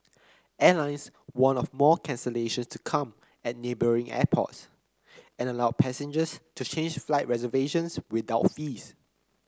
airlines warned of more cancellations to come at neighbouring airports and allowed passengers to change flight reservations without fees